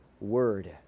word